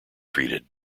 treated